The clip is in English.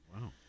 wow